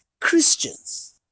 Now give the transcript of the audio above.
Christians